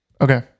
Okay